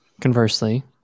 conversely